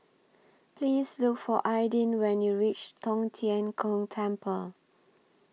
Please Look For Aydin when YOU REACH Tong Tien Kung Temple